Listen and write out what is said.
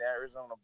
Arizona